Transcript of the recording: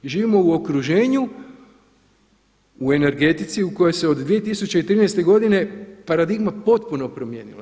Živimo u okruženju, u energetici u kojoj se od 2013. godine paradigma potpuno promijenila.